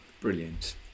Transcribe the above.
Brilliant